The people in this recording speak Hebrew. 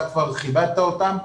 אתה כבר כיבדת אותם.